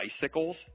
bicycles